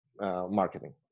marketing